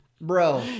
bro